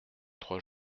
trois